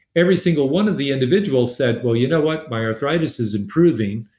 every single one of the individuals said, well, you know what? my arthritis is improving.